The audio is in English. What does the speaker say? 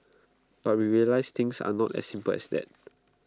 but we realised things are not as simple as that